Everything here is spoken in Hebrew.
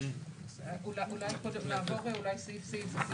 אולי נעבור סעיף סעיף.